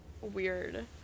weird